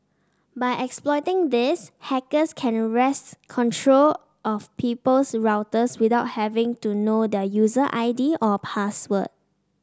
by exploiting this hackers can wrests control of people's routers without having to know their user I D or password